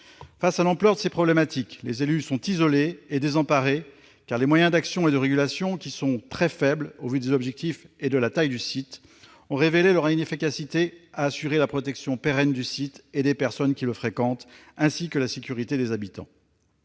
Face à l'ampleur de ces problématiques, les élus sont isolés et désemparés, car les moyens d'action et de régulation, très faibles au vu des objectifs à atteindre et de la taille du site, ont révélé leur inefficacité pour assurer la protection pérenne des lieux et des personnes les fréquentant, ainsi que la sécurité des habitants.